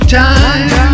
time